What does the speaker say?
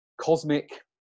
cosmic